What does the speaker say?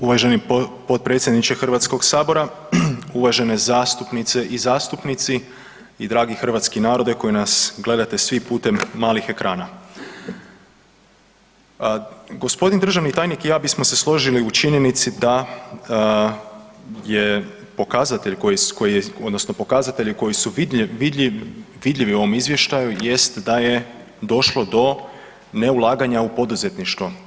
Uvaženi potpredsjedniče Hrvatskog sabora, uvažene zastupnice i zastupnici i dragi hrvatski narode koji nas gledate svi putem malih ekrana, gospodin državni tajnik i ja bismo se složili u činjenici da je pokazatelj koji je odnosno pokazatelje koji su vidljivi u ovom izvještaju jest da je došlo do neulaganja u poduzetništvo.